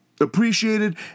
appreciated